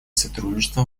сотрудничества